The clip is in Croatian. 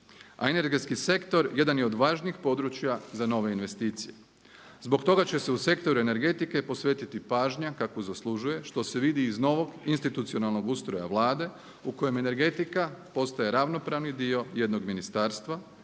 a energetski sektor jedan je od važnijih područja za nove investicije. Zbog toga će se u sektor energetike posvetiti pažnja kakvu zaslužuje, što se vidi iz novog institucionalnog ustroja Vlade u kojem energetika postoje ravnopravni dio jednog ministarstva